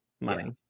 money